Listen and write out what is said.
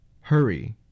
Hurry